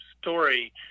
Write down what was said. story